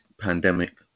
pandemic